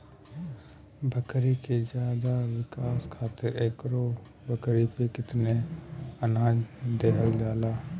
बकरी के ज्यादा विकास खातिर एगो बकरी पे कितना अनाज देहल जाला?